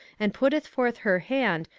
and putteth forth her hand,